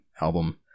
album